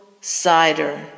cider